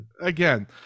again